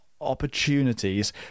opportunities